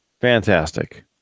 fantastic